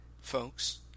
folks